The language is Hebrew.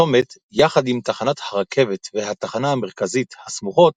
הצומת, יחד עם תחנת הרכבת והתחנה המרכזית הסמוכות,